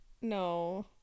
No